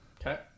Okay